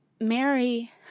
Mary